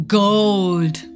gold